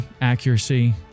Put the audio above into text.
accuracy